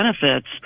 benefits